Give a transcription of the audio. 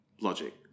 logic